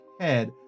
head